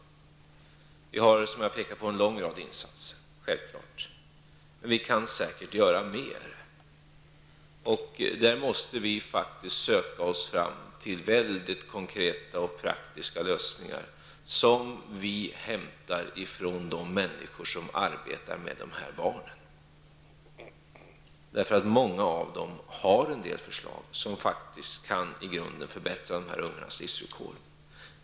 Vi har, som jag pekat på, en lång rad insatser, men vi kan säkert göra mera. Där måste vi faktiskt söka oss fram till mycket konkreta och praktiska lösningar som vi hämtar från de människor som arbetar med de här barnen. Många av dem har en del förslag som i grunden kan förbättra de här ungas livsvillkor.